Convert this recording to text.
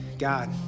God